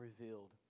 revealed